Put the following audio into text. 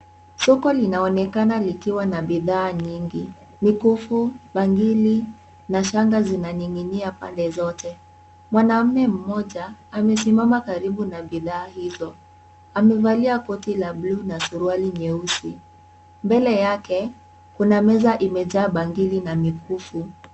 Soko linaonekana likiwa na bidhaa nyingi. Mikufu, bangili, na shanga zinaning'inia pande zote. Mwanaume mmoja amesimama karibu na bidhaa hizo. Amevalia koti la bluu na suruali nyeusi. Mbele yake, kuna meza imejaa bangili na mikufu.